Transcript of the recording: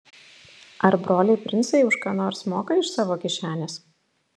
ar broliai princai už ką nors moka iš savo kišenės